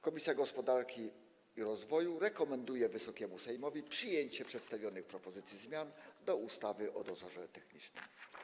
Komisja Gospodarki i Rozwoju rekomenduje Wysokiemu Sejmowi przyjęcie przedstawionych propozycji zmian do ustawy o dozorze technicznym.